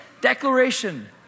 declaration